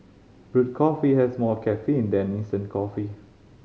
brewed coffee has more caffeine than instant coffee